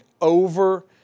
over